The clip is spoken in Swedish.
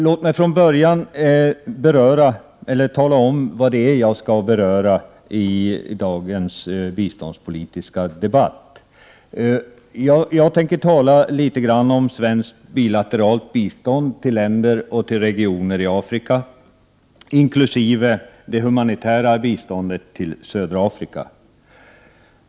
Låt mig från början tala om vad det är jag skall beröra i dagens biståndspolitiska debatt. Jag tänker tala litet grand om svenskt bilateralt bistånd till länder och till regioner i Afrika, inkl. det humanitära biståndet till södra Afrika.